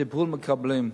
את הטיפול מקבלים,